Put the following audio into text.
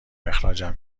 اخراجم